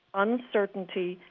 uncertainty,